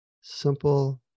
simple